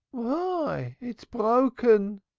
why, it's broken,